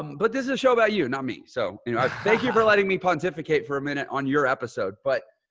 um but this is a show about you, not me. so you know thank you for letting me pontificate for a minute on your episode. but,